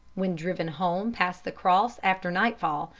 when driven home past the cross after nightfall,